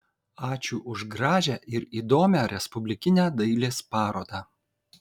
ačiū už gražią ir įdomią respublikinę dailės parodą